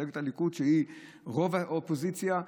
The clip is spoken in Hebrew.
מפלגת הליכוד, שהיא רוב האופוזיציה,